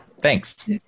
Thanks